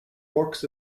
forks